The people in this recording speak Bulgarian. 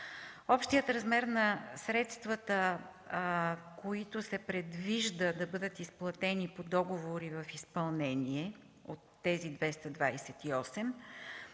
Общият размер на средствата, които се предвижда да бъдат изплатени по договори в изпълнение от тези 228,